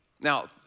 Now